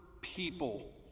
people